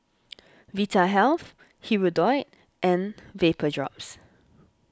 Vitahealth Hirudoid and Vapodrops